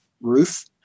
roof